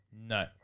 No